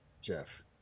Jeff